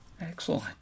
Excellent